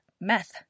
meth